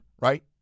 right